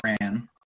ran